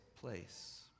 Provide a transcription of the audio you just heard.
place